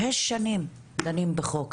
שש שנים דנים בחוק.